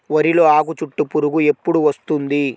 వరిలో ఆకుచుట్టు పురుగు ఎప్పుడు వస్తుంది?